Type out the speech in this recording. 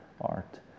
Art